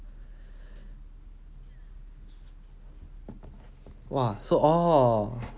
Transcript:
!wah! so oh